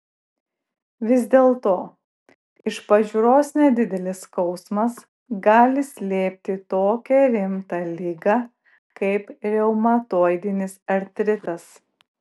vis dėlto iš pažiūros nedidelis skausmas gali slėpti tokią rimtą ligą kaip reumatoidinis artritas